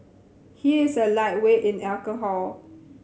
he is a lightweight in alcohol